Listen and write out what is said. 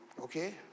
okay